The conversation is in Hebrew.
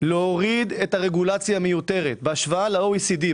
להוריד את הרגולציה המיותרת בהשוואה ל-OECD,